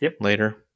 later